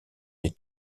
les